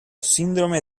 síndrome